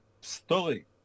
story